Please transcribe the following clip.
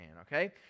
Okay